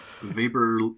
Vapor